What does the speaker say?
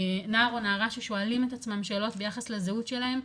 נער או נערה ששואלים את עצמם שאלות ביחס לזהות שלהם,